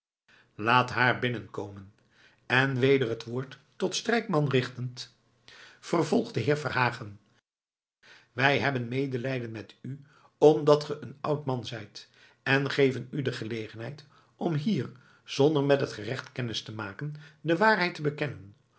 laat haar binnenkomen en weder t woord tot strijkman richtend vervolgt de heer verhagen wij hebben medelijden met u omdat ge een oud man zijt en geven u de gelegenheid om hier zonder met het gerecht kennis te maken de waarheid te bekennen